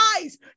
eyes